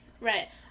Right